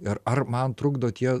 ir ar man trukdo tie